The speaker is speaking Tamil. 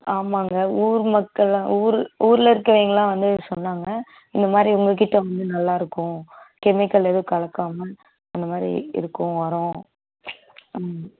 ஆமாம்ங்க ஊர் மக்களை ஊர் ஊரில் இருக்கிறவிங்கலாம் வந்து சொன்னாங்க இந்தமாதிரி உங்கள்கிட்ட வந்து நல்லாருக்கும் கெமிக்கல் எதுவும் கலக்காமல் அந்தமாதிரி இருக்கும் உரம் ம்